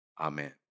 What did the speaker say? Amen